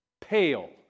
pale